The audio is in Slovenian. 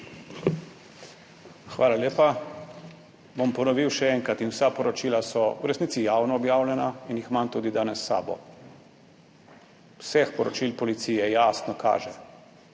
Hvala lepa. Bom ponovil še enkrat. In vsa poročila so v resnici javno objavljena in jih imam tudi danes s sabo. Iz vseh poročil policije jasno kaže,